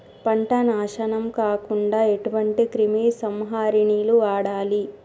పంట నాశనం కాకుండా ఎటువంటి క్రిమి సంహారిణిలు వాడాలి?